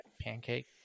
pancake